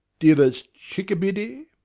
dearest chick-a-biddy!